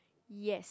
yes